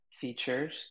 features